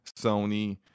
Sony